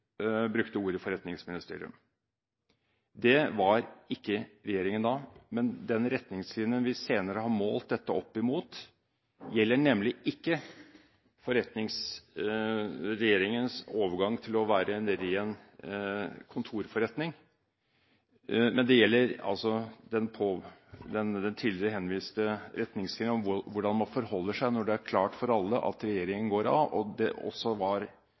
brukte jeg ordet «forretningsministerium». Dét var ikke regjeringen da. Men den retningslinjen vi senere har målt dette opp mot, gjelder nemlig ikke regjeringens overgang til å være en ren kontorforretning. Dette gjelder altså den retningslinjen det tidligere ble henvist til, om hvordan man forholder seg når det er klart for alle at regjeringen går av, og at det også fra regjeringens ledelse var